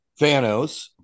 Thanos